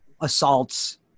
assaults